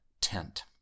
tent